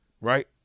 right